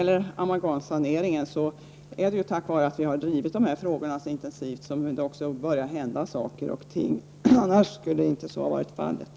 Att det börjat hända saker och ting på amalgamsaneringens område beror just på att vi drivit denna fråga effektivt. Annars skulle ingenting ha skett.